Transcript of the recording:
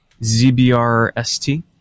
ZBRST